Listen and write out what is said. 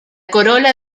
corola